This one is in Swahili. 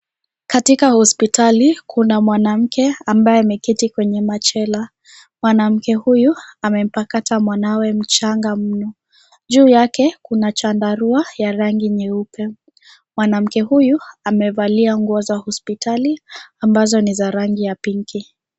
Katika hospitali kuna mwanamke ambaye ameketi kwenye machela. Mwanamke huyu amempakata mwanawe mchanga mno. Juu yake kuna chandarua ya rangi nyeupe. Mwanamke huyu amevalia nguo za hospitali ambazo ni za rangi ya pink .